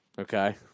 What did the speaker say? Okay